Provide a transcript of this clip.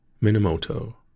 Minamoto